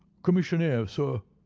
commissionaire, sir,